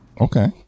Okay